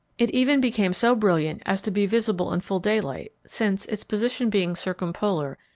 it even became so brilliant as to be visible in full daylight, since, its position being circumpolar,